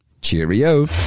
cheerio